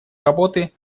работы